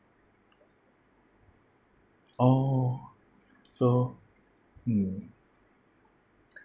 oh so mm